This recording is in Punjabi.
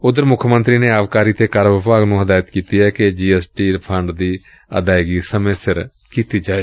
ਉਧਰ ਮੁੱਖ ਮੰਤਰੀ ਨੇ ਆਬਕਾਰੀ ਅਤੇ ਕਰ ਵਿਭਾਗ ਨੂੰ ਹਦਾਇਤ ਕੀਤੀ ਏ ਕਿ ਜੀ ਐਸ ਟੀ ਰਿਫੰਡ ਦੀ ਅਦਾਇਗੀ ਸਮੇਂ ਸਿਰ ਕੀਤੀ ਜਾਏ